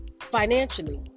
financially